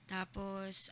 Tapos